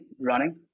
running